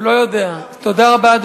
תודה רבה,